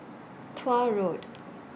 Tuah Road